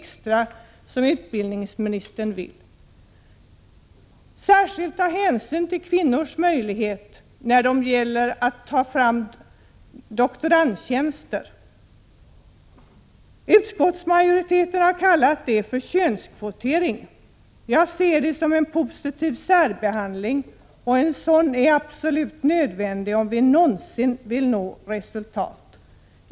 extra som utbildningsministern vill ge. Man måste när det gäller att ta fram doktorandtjänster ta särskild hänsyn till kvinnors möjligheter. Utskottsmajoriteten har kallat detta för könskvotering. Jag ser det som en positiv särbehandling. En sådan är absolut nödvändig, om vi någonsin vill nå resultat.